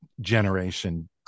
generation